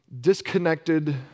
disconnected